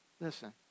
Listen